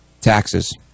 taxes